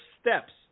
steps